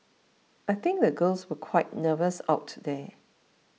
I think the girls were quite nervous out there